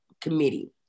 committee